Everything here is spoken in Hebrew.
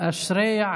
אשרי יעקב.